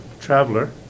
traveler